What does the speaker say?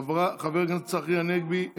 חבר הכנסת צחי הנגבי,